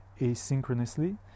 asynchronously